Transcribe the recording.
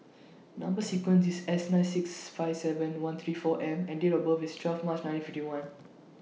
Number sequence IS S nine six five seven one three four M and Date of birth IS twelve March nineteen fifty one